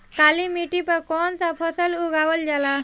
काली मिट्टी पर कौन सा फ़सल उगावल जाला?